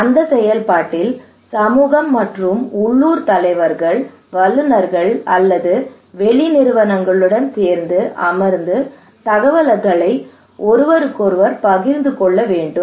அந்த செயல்பாட்டில் சமூகம் மற்றும் உள்ளூர் தலைவர்கள் வல்லுநர்கள் அல்லது வெளி நிறுவனங்களுடன் சேர்ந்து அமர்ந்து தகவல்களை ஒருவருக்கொருவர் பகிர்ந்து கொள்ள வேண்டும்